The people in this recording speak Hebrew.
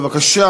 בבקשה.